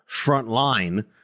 frontline